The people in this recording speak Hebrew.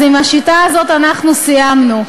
אז עם השיטה הזאת אנחנו סיימנו.